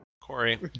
Corey